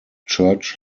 church